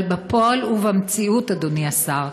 אבל בפועל ובמציאות, אדוני השר,